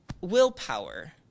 willpower